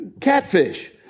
Catfish